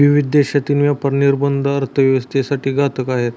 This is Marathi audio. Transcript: विविध देशांतील व्यापार निर्बंध अर्थव्यवस्थेसाठी घातक आहेत